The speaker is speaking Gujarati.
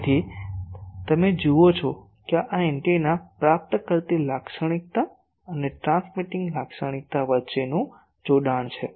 તેથી તમે જુઓ છો કે આ એન્ટેના પ્રાપ્ત કરતી લાક્ષણિકતા અને ટ્રાન્સમિટિંગ લાક્ષણિકતા વચ્ચેનું જોડાણ છે